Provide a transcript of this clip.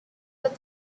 but